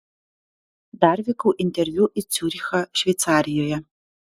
dar vykau interviu į ciurichą šveicarijoje